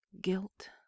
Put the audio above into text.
Guilt